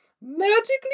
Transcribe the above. Magically